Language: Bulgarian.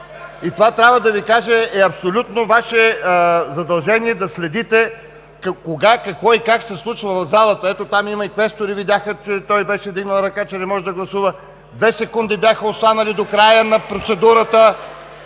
гласува. Трябва да Ви кажа, че абсолютно Ваше задължение е да следите кога, какво и как се случва в залата. Ето, там и квесторите видяха, че беше вдигнал ръка и че не можеше да гласува. Две секунди бяха останали до края на процедурата